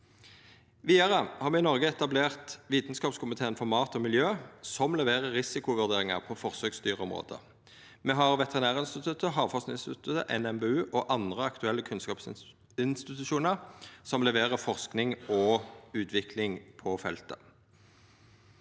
i Noreg etablert Vitskapskomiteen for mat og miljø, som leverer risikovurderingar på forsøksdyrområdet. Me har Veterinærinstituttet, Havforskingsinstituttet, NMBU og andre aktuelle kunnskapsinstitusjonar som leverer forsking og utvikling på feltet.